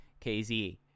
KZ